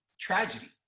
tragedy